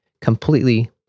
Completely